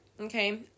Okay